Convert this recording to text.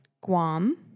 Guam